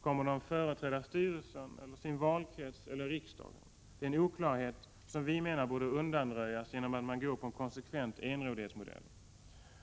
Kommer de att företräda styrelsen eller sin valkrets eller riksdagen? Det är en oklarhet som vi menar borde undanröjas genom en konsekvent enrådighetsmodell.